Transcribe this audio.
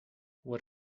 what